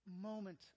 moment